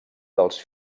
dels